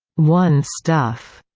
one stuff,